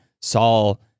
Saul